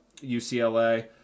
UCLA